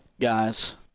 guys